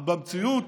אבל במציאות,